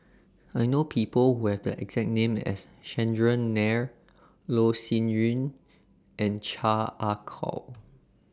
I know People Who Have The exact name as Chandran Nair Loh Sin Yun and Chan Ah Kow